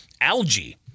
algae